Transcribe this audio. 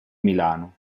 milano